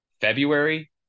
February